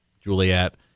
Juliet